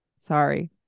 Sorry